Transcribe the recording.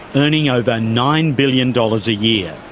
earning over nine billion dollars a year.